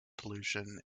pollution